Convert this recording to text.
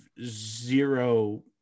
zero